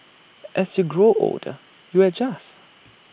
as you grow older you adjust